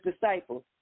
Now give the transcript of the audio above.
disciples